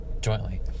jointly